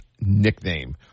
nickname